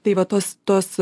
tai va tos tos